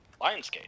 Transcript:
Lionsgate